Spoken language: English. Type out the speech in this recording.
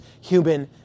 human